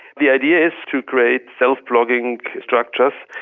the idea is to create self-blogging structures,